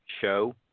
show